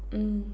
mm